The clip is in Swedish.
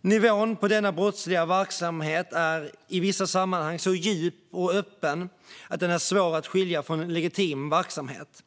Nivån på denna brottsliga verksamhet är i vissa sammanhang så djup och öppen att den är svår att skilja från legitim verksamhet.